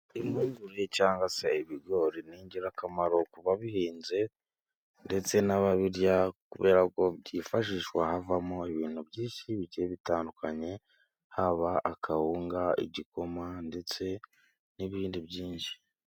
Impungure cyangwa se ibigori ni ingirakamaro ku babihinze ndetse n'ababirya, kubera ko byifashishwa havamo ibintu byinshi bigiye bitandukanye, haba akawunga igikoma ndetse n'ibindi byinshi.